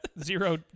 Zero